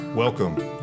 Welcome